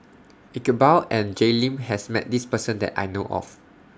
Iqbal and Jay Lim has Met This Person that I know of